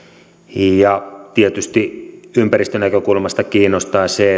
tietysti ympäristönäkökulmasta kiinnostaa se